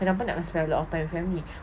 kenapa nak spend a lot of time with family